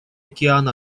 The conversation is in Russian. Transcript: океан